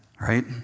right